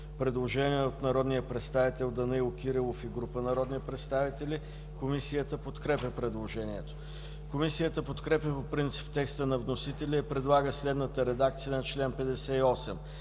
Предложение от народния представител Данаил Кирилов и група народни представители, което е подкрепено от Комисията. Комисията подкрепя по принцип текста на вносителя и предлага следната редакция на чл. 58: